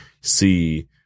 see